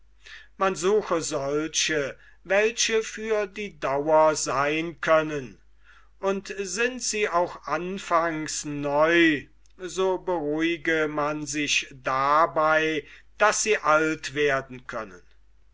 man suche solche welche für die dauer seyn können und sind sie auch anfangs neu so beruhige man sich dabei daß sie alt werden können